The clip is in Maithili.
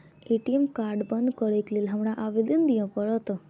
ए.टी.एम कार्ड बंद करैक लेल हमरा आवेदन दिय पड़त?